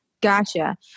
Gotcha